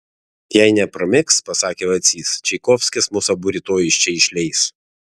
jei nepramigs pasakė vacys čaikovskis mus abu rytoj iš čia išleis